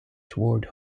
toward